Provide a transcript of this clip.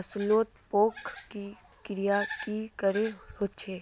फसलोत पोका या कीड़ा की करे होचे?